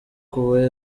kuba